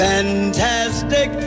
Fantastic